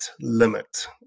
Limit